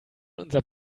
unser